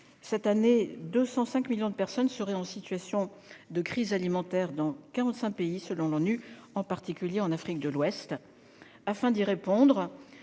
En 2022, 205 millions de personnes seraient en situation de crise alimentaire dans quarante-cinq pays, en particulier en Afrique de l'Ouest. Afin de répondre